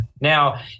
Now